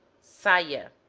seja